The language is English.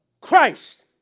Christ